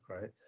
right